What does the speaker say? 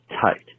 tight